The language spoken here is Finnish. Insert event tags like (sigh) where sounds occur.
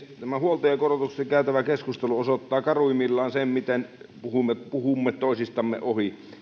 (unintelligible) tämä huoltajakorotuksesta käytävä keskustelu osoittaa karuimmillaan sen miten puhumme puhumme toisistamme ohi